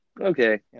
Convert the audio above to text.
Okay